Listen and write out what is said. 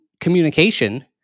communication